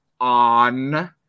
on